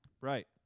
Right